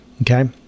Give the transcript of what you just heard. Okay